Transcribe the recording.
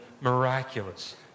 miraculous